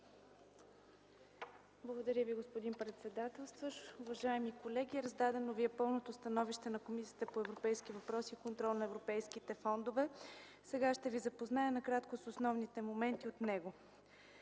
Благодаря Ви, господин председателстващ. Уважаеми колеги, раздадено ви е пълното становище на Комисията по европейските въпроси и контрол на европейските фондове. Сега ще ви запозная накратко с основните моменти от него.